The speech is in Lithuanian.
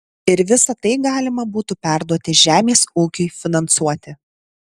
ir visa tai galima būtų perduoti žemės ūkiui finansuoti